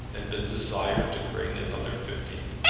and been desired to bring another fifty.